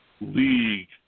league